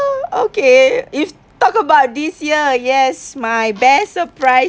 okay if talk about this year yes my best surprise